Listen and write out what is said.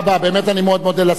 באמת, אני מאוד מודה לשר.